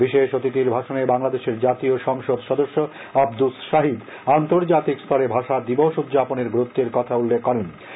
বিশেষ অতিথির ভাষণে বাংলাদেশের জাতীয় সংসদ সদস্য আবদুস সাহিদ আন্তর্জাতিক স্তরে ভাষা দিবস উদযাপনের গুরুত্বের কথা উল্লেখ করেন